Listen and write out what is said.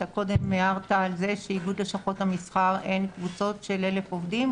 אתה קודם הערת על כך שבאיגוד לשכות המסחר אין קבוצות של 1,000 עובדים.